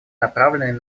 направленные